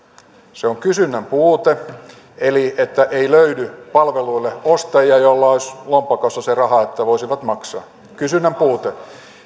se on kysynnän puute eli ei löydy palveluille ostajia joilla olisi lompakossa se raha että voisivat maksaa kysynnän puute